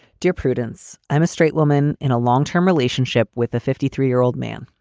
dear prudence, i'm a straight woman in a long term relationship with a fifty three year old man.